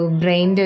brain